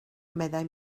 meddai